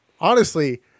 Honestly-